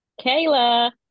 Kayla